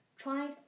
tried